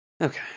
Okay